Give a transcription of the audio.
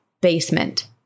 basement